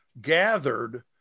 gathered